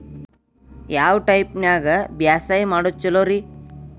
ಯಾವ ಟೈಪ್ ನ್ಯಾಗ ಬ್ಯಾಸಾಯಾ ಮಾಡೊದ್ ಛಲೋರಿ?